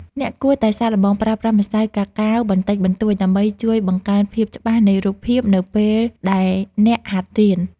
អ្នកគួរតែសាកល្បងប្រើប្រាស់ម្សៅកាកាវបន្តិចបន្តួចដើម្បីជួយបង្កើនភាពច្បាស់នៃរូបភាពនៅពេលដែលអ្នកហាត់រៀន។